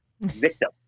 Victim